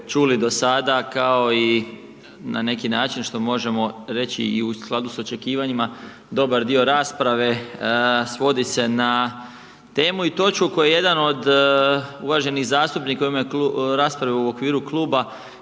čuli do sada, kao i na neki način što možemo reći, i u skladu s očekivanjima dobar dio rasprave, svodi se na temu i točku koju jedan od uvaženih zastupnika u raspravi u okviru kluba